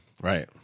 right